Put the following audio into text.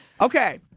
Okay